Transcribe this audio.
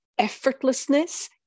effortlessness